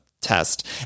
test